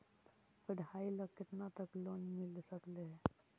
पढाई ल केतना तक लोन मिल सकले हे?